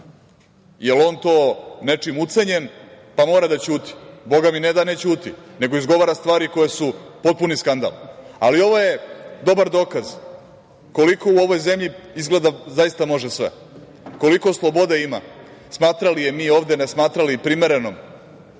jel on to nečim ucenjen, pa mora da ćuti? Bogami, ne da ne ćuti, nego izgovara stvari koje su potpuni skandal. Ovo je dobar dokaz koliko u ovoj zemlji zaista može sve, koliko slobode ima. Smatrali je mi ovde ne smatrali primerenom,